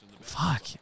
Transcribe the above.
Fuck